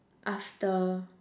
after